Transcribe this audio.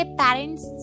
parents